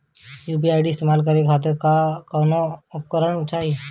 UPI इस्तेमाल करने खातिर क्या कौनो अलग उपकरण चाहीं?